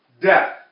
death